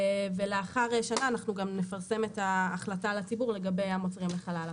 לאחר שנה אנחנו גם נפרסם את ההחלטה לציבור לגבי המוצרים בחלל הפה.